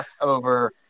over